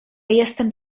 jestem